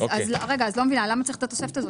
אז למה צריך את התוספת הזאת?